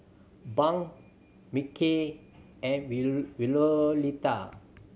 Bunk Mickey and Violeta